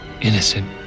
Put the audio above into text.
Innocent